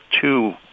two